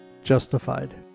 justified